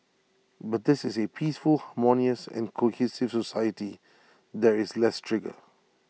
but this is A peaceful harmonious and cohesive society there is less trigger